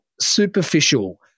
superficial